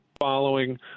following